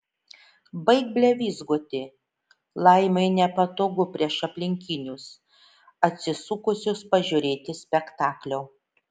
baik blevyzgoti laimai nepatogu prieš aplinkinius atsisukusius pažiūrėti spektaklio